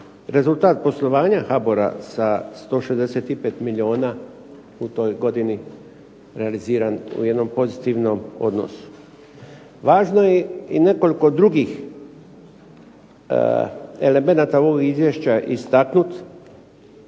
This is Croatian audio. rezultat poslovanja HBOR-a sa 165 milijuna u toj godini realiziran u jednom pozitivnom odnosu. Važno je i nekoliko drugih elemenata ovog izvješća istaknuti,